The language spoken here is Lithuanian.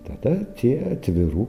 tada tie atvirukai